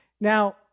Now